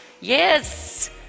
yes